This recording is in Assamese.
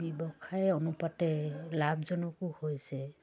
ব্যৱসায় অনুপাতে লাভজনকো হৈছে